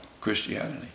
Christianity